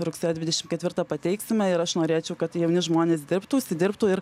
rugsėjo dvidešim ketvirtą pateiksime ir aš norėčiau kad jauni žmonės dirbtų užsidirbtų ir